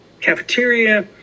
cafeteria